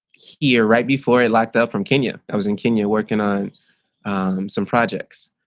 here right before it locked up from kenya. i was in kenya working on some projects.